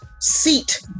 seat